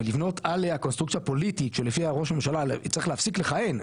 ולבנות עליה קונסטרוקציה פוליטית שלפיה ראש הממשלה צריך להפסיק לכהן,